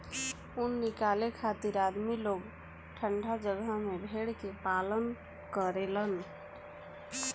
ऊन निकाले खातिर आदमी लोग ठंडा जगह में भेड़ के पालन करेलन